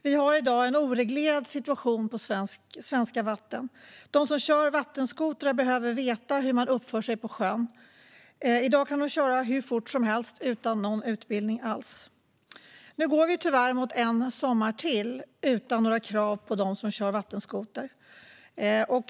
Vi har i dag en oreglerad situation på svenska vatten. De som kör vattenskotrar behöver veta hur man uppför sig på sjön. I dag kan de köra hur fort som helst utan någon utbildning alls. Nu går vi tyvärr mot en sommar till utan några krav på dem som kör vattenskoter.